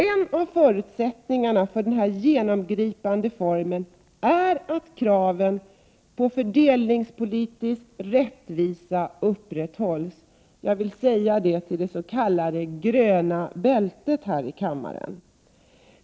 En av förutsättningarna för den här genomgripande reformen är att kraven på fördelningspolitisk rättvisa upprätthålls; jag vill gärna säga det till det s.k. gröna bältet här i kammaren.